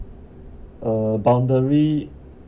uh boundary